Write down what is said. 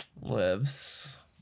lives